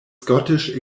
scottish